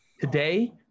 today